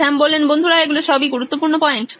শ্যাম বন্ধুরা এগুলো সবই গুরুত্বপূর্ণ পয়েন্ট